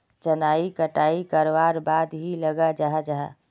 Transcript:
चनार कटाई करवार बाद की लगा जाहा जाहा?